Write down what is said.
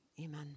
amen